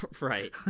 Right